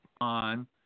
on